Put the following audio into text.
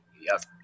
Yes